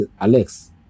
Alex